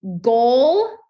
Goal